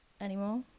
anymore